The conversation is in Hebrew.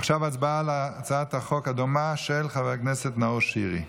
עכשיו הצבעה על הצעת החוק הדומה של חבר הכנסת נאור שירי.